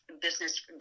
business